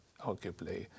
arguably